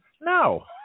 No